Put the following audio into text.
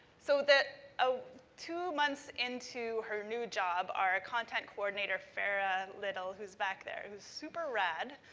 so that ah two months into her new job, our content coordinator, farrah little who's back there, who's super rad,